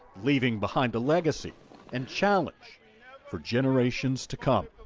leaving behind a legacy and challenge for generations to come.